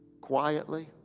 quietly